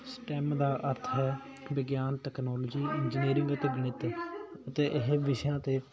stem ਦਾ ਅਰਥ ਹੈ ਵਿਗਿਆਨ ਟੈਕਨੋਲੋਜੀ ਇੰਜਨੇਰਿੰਗ ਅਤੇ ਗਣਿਤ ਅਤੇ ਇਹ ਵਿਸ਼ਿਆਂ 'ਤੇ